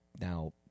now